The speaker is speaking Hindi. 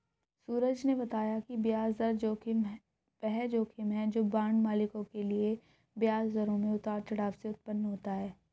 सूरज ने बताया कि ब्याज दर जोखिम वह जोखिम है जो बांड मालिकों के लिए ब्याज दरों में उतार चढ़ाव से उत्पन्न होता है